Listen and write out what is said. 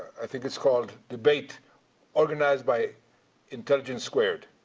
i think it's called, debate organized by intelligence squared.